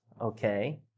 Okay